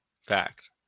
Fact